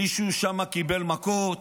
מישהו שם קיבל מכות,